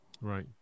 Right